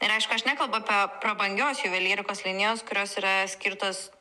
ir aišku aš nekalbu apie prabangios juvelyrikos linijos kurios yra skirtos